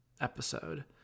episode